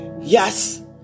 yes